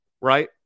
right